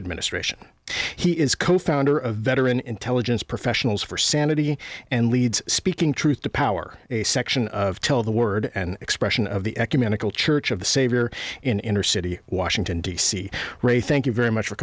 administration he is co founder of veteran intelligence professionals for sanity and leads speaking truth to power a section of tell the word an expression of the ecumenical church of the savior in inner city washington d c ray thank you very much